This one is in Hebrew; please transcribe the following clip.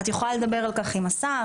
את יכולה לדבר על כך עם השר,